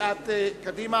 סיעת קדימה.